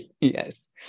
Yes